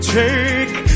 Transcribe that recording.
take